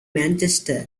manchester